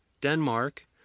Denmark